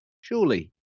Surely